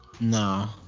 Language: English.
No